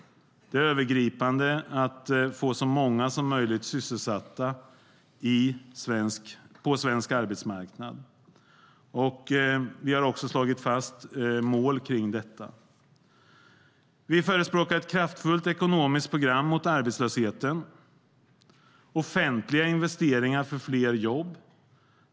Det är övergripande att få så många som möjligt sysselsatta på svensk arbetsmarknad. Vi har också slagit fast mål kring detta. Vi förespråkar ett kraftfullt ekonomiskt program mot arbetslösheten och offentliga investeringar för fler jobb.